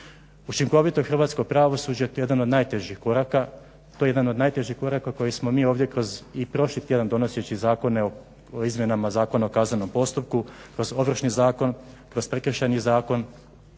koraka, to je jedan od najtežih koraka koji smo mi ovdje kroz i prošli tjedan donoseći zakone o izmjenama Zakona o kaznenom postupku, kroz Ovršni zakon, kroz Prekršajni zakon,